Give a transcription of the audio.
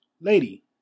Lady